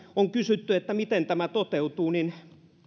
on kysytty miten tämä toteutuu niin